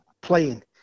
playing